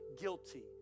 guilty